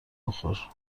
بخور